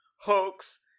hoax